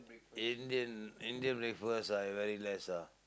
Indian Indian breakfast I very less ah